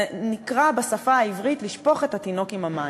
זה נקרא בשפה העברית לשפוך את התינוק עם המים.